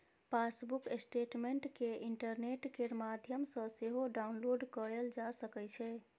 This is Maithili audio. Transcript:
पासबुक स्टेटमेंट केँ इंटरनेट केर माध्यमसँ सेहो डाउनलोड कएल जा सकै छै